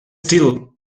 still